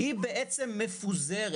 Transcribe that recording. היא בעצם מפוזרת